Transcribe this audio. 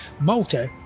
Malta